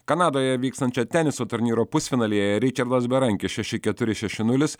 kanadoje vykstančio teniso turnyro pusfinalyje ričardas berankis šeši keturi šeši nulis